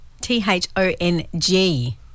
T-H-O-N-G